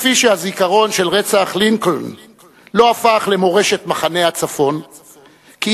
כפי שהזיכרון של רצח לינקולן לא הפך למורשת מחנה הצפון כי